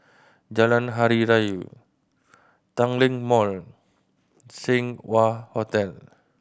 Jalan Hari Raya Tanglin Mall Seng Wah Hotel